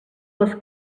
les